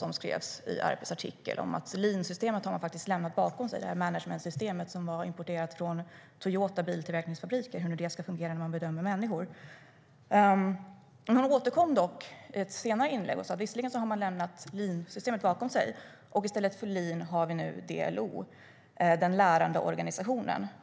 Hon skrev att de faktiskt har lämnat leansystemet bakom sig, managementsystemet som var importerat från Toyotas biltillverkningsfabriker - hur nu det ska fungera när man bedömer människor. Hon återkom dock i ett senare inlägg och skrev att de visserligen har lämnat leansystemet bakom sig men i stället för lean nu har "DLO - Den Lärande Organisationen!